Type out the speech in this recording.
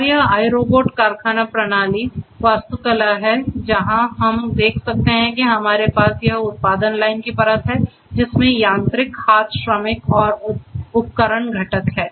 और यह iRobot कारखाना प्रणाली वास्तुकला है और यहां हम देख सकते हैं कि हमारे पास यह उत्पादन लाइन की परत है जिसमें यांत्रिक हाथ श्रमिक और उपकरण घटक हैं